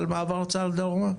על מעבר צה"ל דרומה?